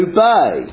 Obey